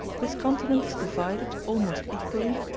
this continent is divided, almost equally,